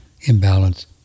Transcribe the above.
imbalance